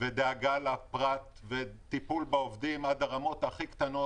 דאגה לפרט וטיפול בעובדים עד הרמות הכי קטנות.